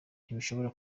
bishobora